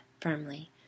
firmly